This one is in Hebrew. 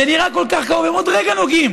זה נראה כל כך קרוב, הם עוד רגע נוגעים.